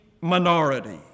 minority